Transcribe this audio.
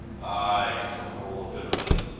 aye, from rolla, bitterly.